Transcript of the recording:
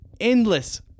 endless